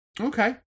Okay